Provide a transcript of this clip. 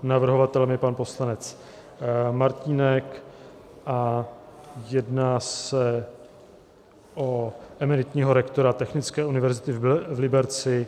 Navrhovatelem je pan poslanec Martínek a jedná se o emeritního rektora Technické univerzity v Liberci.